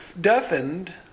deafened